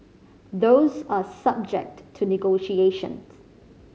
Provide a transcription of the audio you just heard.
those are subject to negotiation